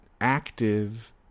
active